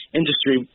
industry